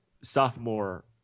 sophomore